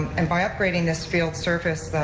and by upgrading this field surface,